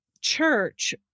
church